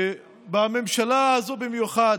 ובממשלה הזו במיוחד,